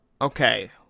okay